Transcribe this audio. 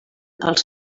els